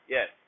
Yes